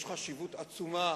יש חשיבות עצומה